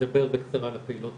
נדבר בקצרה על הפעולות